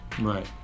Right